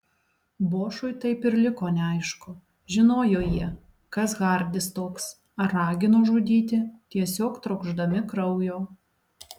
bošui taip ir liko neaišku žinojo jie kas hardis toks ar ragino žudyti tiesiog trokšdami kraujo